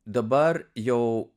dabar jau